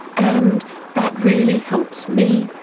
and that really helps me,